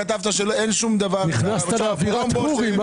אמרת שאין שום דבר --- נכנסת לאווירת פורים,